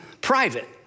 private